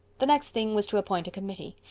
the next thing was to appoint a committee,